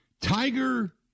Tiger